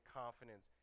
confidence